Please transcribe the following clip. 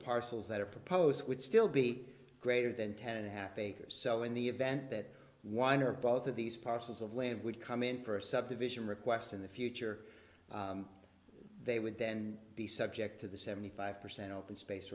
parcels that are proposed would still be greater than ten and a half acres so in the event that wine or both of these parcels of land would come in for a subdivision request in the future they would then be subject to the seventy five percent open space